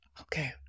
Okay